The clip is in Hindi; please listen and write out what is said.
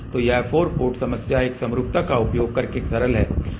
तो यह 4 पोर्ट समस्या एक समरूपता का उपयोग करके सरल है